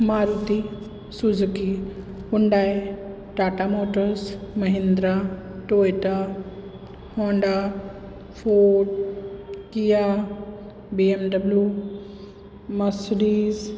Maruti Suzuki Hyundai Tata Motors Mahindra Toyota Honda ford Kia BMW Mercedes